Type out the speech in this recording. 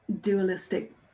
dualistic